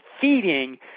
feeding